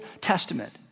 Testament